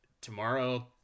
tomorrow